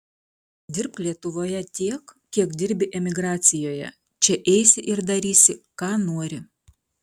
dirbk lietuvoje tiek kiek dirbi emigracijoje čia eisi ir darysi ką nori